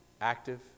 active